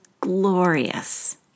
glorious